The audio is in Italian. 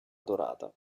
dorata